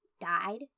died